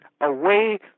away